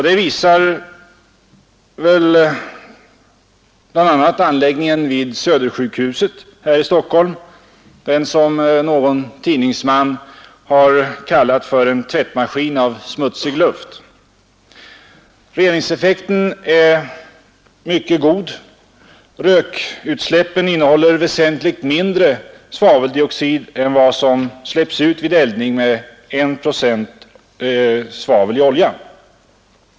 Det visar väl bl.a. anläggningen vid Södersjukhuset här i Stockholm, den som någon tidningsman kallat för en tvättmaskin för smutsig luft. Reningseffekten är mycket god. Rökutsläppen innehåller väsentligt mindre svaveldioxid än vad som släpps ut vid eldning med en procent svavel i olja.